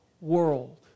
world